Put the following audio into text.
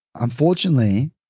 unfortunately